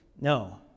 no